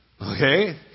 okay